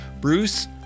Bruce